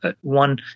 one